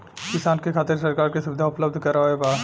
किसान के खातिर सरकार का सुविधा उपलब्ध करवले बा?